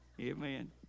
Amen